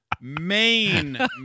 main